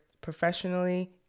professionally